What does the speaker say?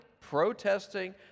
protesting